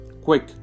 Quick